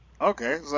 Okay